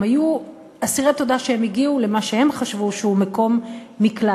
הם היו אסירי תודה שהם הגיעו למה שהם חשבו שהוא מקום מקלט,